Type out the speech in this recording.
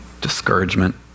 discouragement